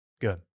Good